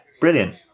brilliant